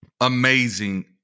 amazing